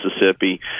Mississippi